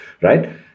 right